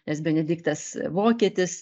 nes benediktas vokietis